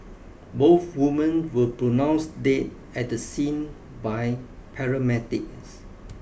both women were pronounced dead at the scene by paramedics